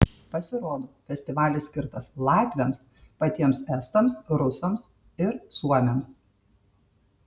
pasirodo festivalis skirtas latviams patiems estams rusams ir suomiams